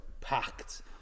packed